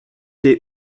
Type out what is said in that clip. des